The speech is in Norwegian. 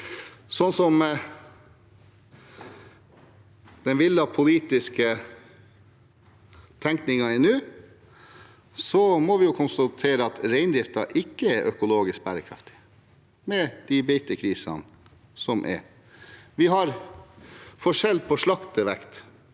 Slik den villede politiske tenkningen er nå, må vi konstatere at reindriften ikke er økologisk bærekraftig, med de beitekrisene som er. Vi har forskjell på slaktevekt